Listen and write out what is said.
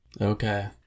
Okay